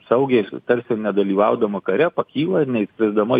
saugiai tarsi nedalyvaudama kare pakyla neįskrisdama